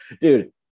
dude